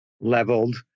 leveled